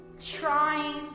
trying